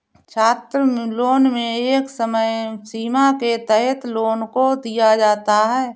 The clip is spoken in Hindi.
छात्रलोन में एक समय सीमा के तहत लोन को दिया जाता है